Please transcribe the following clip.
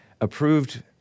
approved